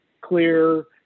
clear